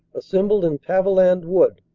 assembled in paviland wood,